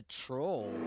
troll